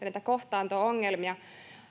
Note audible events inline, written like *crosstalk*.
*unintelligible* näitä kohtaanto ongelmia